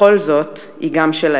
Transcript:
בכל זאת, היא גם שלהם".